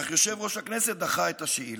אך יושב-ראש הכנסת דחה את השאילתה.